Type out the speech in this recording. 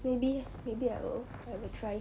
maybe maybe I will I will try